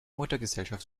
muttergesellschaft